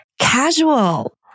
Casual